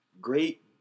Great